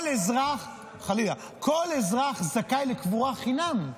חלילה, כל אזרח זכאי לקבורה חינם.